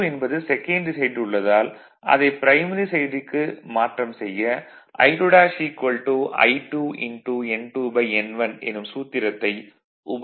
I2 என்பது secondary சைடில் உள்ளதால் அதைப் ப்ரைமரி சைடிற்கு மாற்றம் செய்ய I2 I2 N2N1 எனும் சூத்திரத்தை உபயோகிக்க வேண்டும்